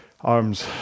arms